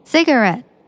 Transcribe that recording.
Cigarette